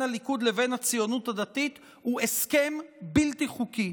הליכוד לבין הציונות הדתית הוא הסכם בלתי חוקי.